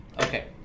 Okay